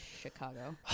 Chicago